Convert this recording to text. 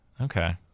Okay